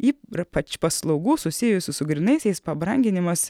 ypač paslaugų susijusių su grynaisiais pabranginimas